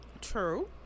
true